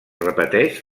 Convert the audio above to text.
repeteix